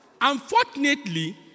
Unfortunately